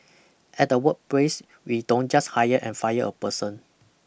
at the workplace we don't just hire and fire a person